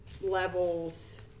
levels